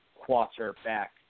quarterback